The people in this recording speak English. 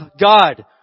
God